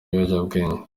ibiyobyabwenge